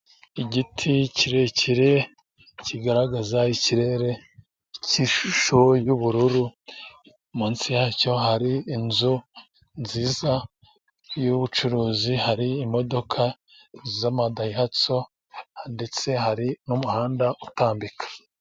Igiti kirekire kigaragaza ikirere cy'ishusho y'ubururu, munsi ya cyo hari inzu nziza y'ubucuruzi, hari imodoka z'amadayihatso, ndetse hari n'umuhanda utambika.